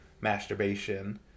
masturbation